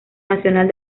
nacional